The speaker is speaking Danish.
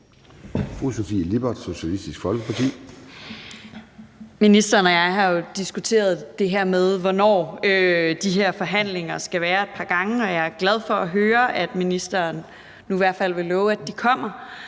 Sofie Lippert (SF): Ministeren og jeg har jo et par gange diskuteret det her med, hvornår de her forhandlinger skal være, og jeg er glad for at høre, at ministeren nu i hvert fald vil love, at de kommer.